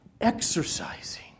exercising